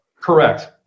Correct